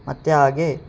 ಮತ್ತು ಹಾಗೆ